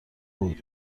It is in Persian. بود